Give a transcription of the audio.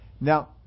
Now